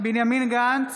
בנימין גנץ,